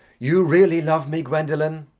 you really love me, gwendolen?